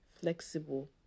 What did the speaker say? flexible